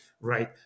right